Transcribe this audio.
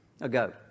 ago